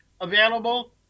available